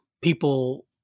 people